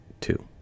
two